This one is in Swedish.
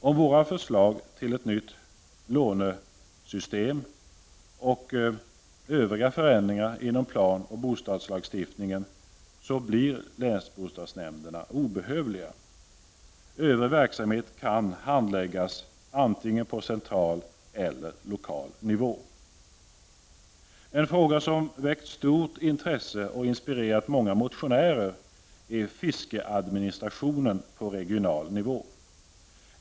Om våra förslag till ett nytt lånesystem genomförs och övriga förändringar inom planoch bostadslagstiftningen införs, blir länsbostadsnämnderna obehövliga. Övrig verksamhet kan handläggas på antingen central eller lokal nivå. En fråga som väckt stort intresse och inspirerat många motionärer är fiskeadministrationen på regional nivå.